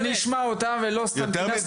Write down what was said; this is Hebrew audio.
אני אשמע אותה, לא סתם כינסנו את הדיון הזה.